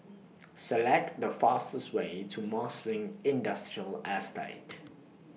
Select The fastest Way to Marsiling Industrial Estate